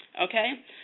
Okay